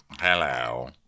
hello